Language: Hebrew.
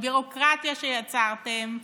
הביורוקרטיה שיצרתם,